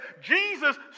Jesus